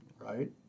right